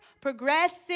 progressive